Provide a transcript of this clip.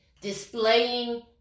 displaying